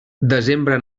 desembre